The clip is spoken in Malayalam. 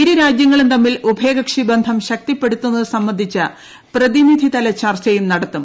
ഇരു രാജ്യങ്ങളും തമ്മിൽ ഉഭയകക്ഷി ബന്ധം ശക്തിപ്പെടുത്തുന്നത് സംബന്ധിച്ച പ്രതിനിധിതല ചർച്ചയും നടത്തും